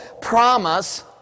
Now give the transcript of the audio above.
Promise